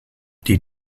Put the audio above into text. die